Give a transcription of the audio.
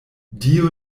dio